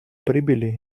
прибыли